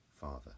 Father